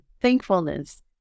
thankfulness